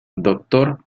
doctor